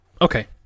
Okay